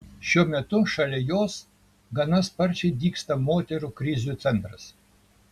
šiuo metu šalia jos gana sparčiai dygsta moterų krizių centras